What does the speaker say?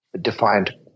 defined